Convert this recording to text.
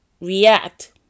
react